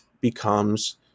becomes